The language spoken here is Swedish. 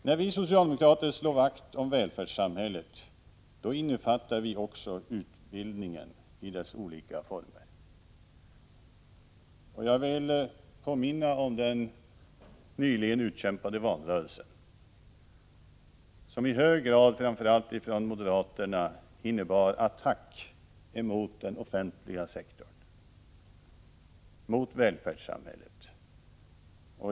När vi socialdemokrater slår vakt om välfärdssamhället innefattar vi också utbildningen i dess olika former. Jag vill påminna om den nyligen utkämpade valrörelsen, som i hög grad, framför allt från moderaterna, innebar attack mot den offentliga sektorn, mot välfärdssamhället.